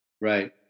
Right